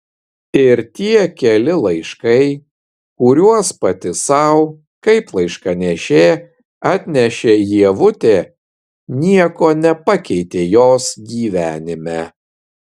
ir tie keli laiškai kuriuos pati sau kaip laiškanešė atnešė ievutė nieko nepakeitė jos gyvenime